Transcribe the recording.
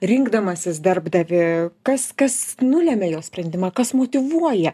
rinkdamasis darbdavį kas kas nulemia jo sprendimą kas motyvuoja